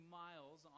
miles